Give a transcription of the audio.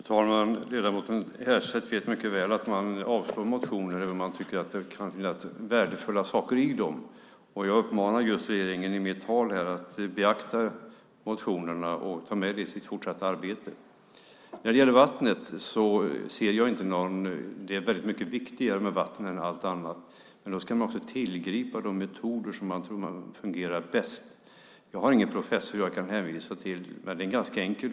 Fru talman! Ledamoten Härstedt vet mycket väl att man kan yrka avslag på motioner även om man tycker att det kan finnas värdefulla saker i dem. I mitt anförande här uppmanade jag regeringen att beakta motionerna och att i sitt fortsatta arbete ta med sig det som där sägs. Det är mycket viktigare med vatten än med allt annat, men då ska man också tillgripa de metoder som man tror fungerar bäst. Jag har ingen professor att hänvisa till. Men logiken är ganska enkel.